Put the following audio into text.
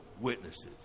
witnesses